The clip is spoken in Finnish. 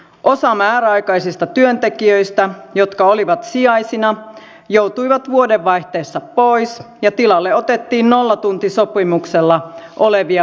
osa määräaikaisista työntekijöistä jotka olivat sijaisina joutui vuodenvaihteessa pois ja tilalle otettiin nollatuntisopimuksella olevia vuokratyöntekijöitä